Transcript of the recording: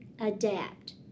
adapt